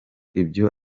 ibyo